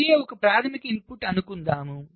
LA ఒక ప్రాధమిక input అనుకుందాం